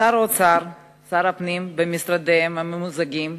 שר האוצר, שר הפנים, במשרדיהם הממוזגים,